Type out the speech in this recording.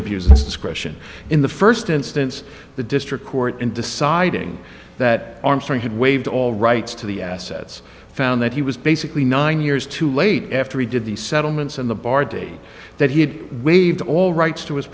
abuse its discretion in the first instance the district court in deciding that armstrong had waived all rights to the assets found that he was basically nine years too late after he did the settlements and the bardy that he had waived all rights to his